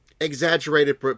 exaggerated